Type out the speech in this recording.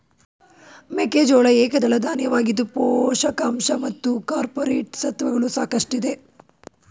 ಮೆಕ್ಕೆಜೋಳ ಏಕದಳ ಧಾನ್ಯವಾಗಿದ್ದು ಪೋಷಕಾಂಶ ಮತ್ತು ಕಾರ್ಪೋರೇಟ್ ಸತ್ವಗಳು ಸಾಕಷ್ಟಿದೆ